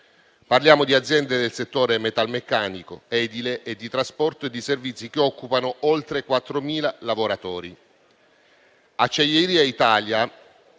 Parliamo di aziende del settore metalmeccanico, edile, di trasporto e di servizi che occupano oltre 4.000 lavoratori.